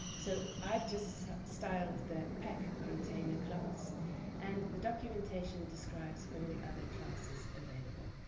so i've just styled the pac-container class and the documentation describes all the other classes available.